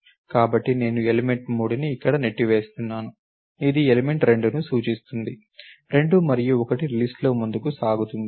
కాబట్టి నేను ఎలిమెంట్ 3ని ఇక్కడ నెట్టివేస్తున్నాను ఇది ఎలిమెంట్ 2ని సూచీస్తుంది 2 మరియు 1 లిస్ట్ లో ముందుకు సాగుతోంది